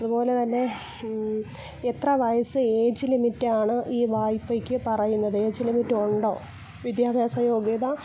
അതുപോലെ തന്നെ എത്ര വയസ്സ് ഏജ് ലിമിറ്റാണ് ഈ വായ്പക്ക് പറയുന്നത് ഏജ് ലിമിറ്റുണ്ടോ വിദ്യാഭ്യാസ യോഗ്യത